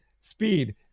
Speed